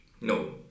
no